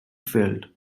filled